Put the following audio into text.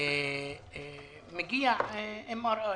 מגיע MRI,